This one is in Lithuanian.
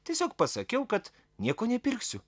tiesiog pasakiau kad nieko nepirksiu